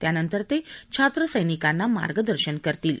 त्यानंतर ते छात्रसर्निकांना मार्गदर्शन करतील